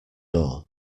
door